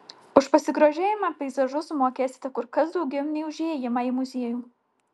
už pasigrožėjimą peizažu sumokėsite kur kas daugiau nei už įėjimą į muziejų